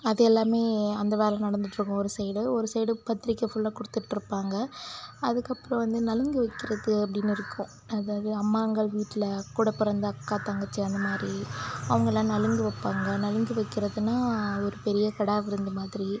அது எல்லாமே அந்த வேலை நடந்துகிட்ருக்கும் ஒரு சைடு ஒரு சைடு பத்திரிக்கை ஃபுல்லா கொடுத்துட்ருப்பாங்க அதுக்கப்புறம் வந்து நலுங்கு வைக்கிறது அப்படினு இருக்கும் அதாவது அம்மாங்கள் வீட்டில் கூட பிறந்த அக்கா தங்கச்சி அந்த மாதிரி அவங்களாம் நலுங்கு வைப்பாங்க நலுங்கு வைக்கிறதுனால் ஒரு பெரிய கிடா விருந்து மாதிரி